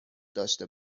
داشته